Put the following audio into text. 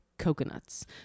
coconuts